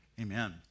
Amen